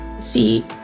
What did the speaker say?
see